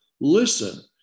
listen